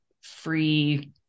free